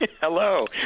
Hello